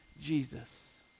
jesus